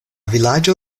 vilaĝo